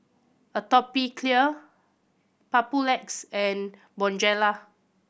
Atopiclair Papulex and Bonjela